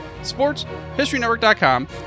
sportshistorynetwork.com